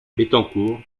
bettencourt